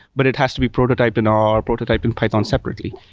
but it has to be prototyped in r or prototyped in python separately.